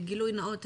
גילוי נאות,